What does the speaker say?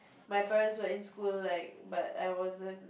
my parents were in school like but I wasn't